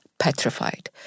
Petrified